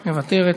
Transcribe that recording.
מוותרת.